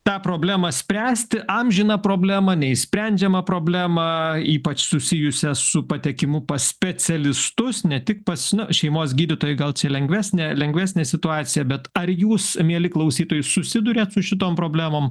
tą problemą spręsti amžiną problemą neišsprendžiamą problemą ypač susijusią su patekimu pas specialistus ne tik pats nu šeimos gydytojai gal čia lengvesnė lengvesnė situacija bet ar jūs mieli klausytojai susiduriat su šitom problemom